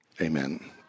Amen